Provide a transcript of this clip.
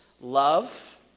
love